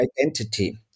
identity